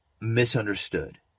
misunderstood